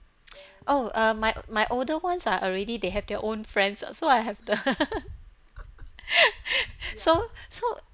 oh uh my my older ones are already they have their own friends uh so I have the so so